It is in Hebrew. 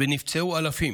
ונפצעו אלפים.